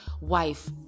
wife